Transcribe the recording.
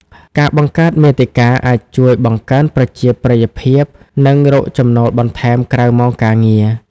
ការបង្កើតមាតិកាអាចជួយបង្កើនប្រជាប្រិយភាព និងរកចំណូលបន្ថែមក្រៅម៉ោងការងារ។